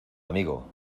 amigo